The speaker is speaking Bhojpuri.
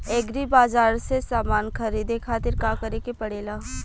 एग्री बाज़ार से समान ख़रीदे खातिर का करे के पड़ेला?